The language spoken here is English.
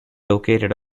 located